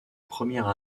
première